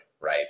right